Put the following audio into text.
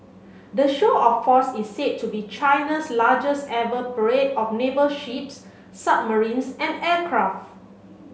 the show of force is said to be China's largest ever parade of naval ships submarines and aircraft